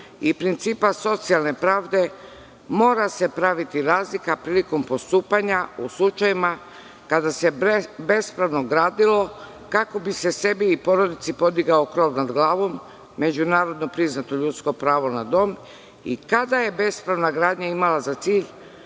i principa socijalne pravde, mora se praviti razlika prilikom postupanja, u slučajevima kada se bespravno gradilo, kako bi se sebi i porodici podigao krov nad glavom, međunarodno priznato ljudsko pravo na dom i kad je bespravna gradnja imala za cilj